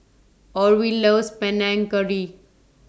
Orvil loves Panang Curry